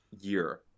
year